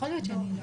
אני כמובן מצטרף.